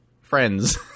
friends